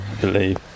believe